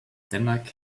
denmark